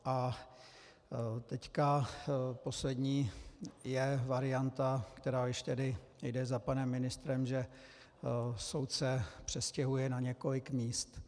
A teď poslední je varianta, která již tedy jde za panem ministrem, že soud se přestěhuje na několik míst.